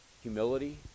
Humility